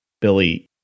Billy